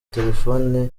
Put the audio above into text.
telefoni